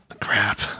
Crap